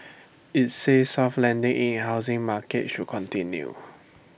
IT says soft landing in housing market should continue